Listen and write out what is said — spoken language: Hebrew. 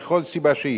מכל סיבה שהיא,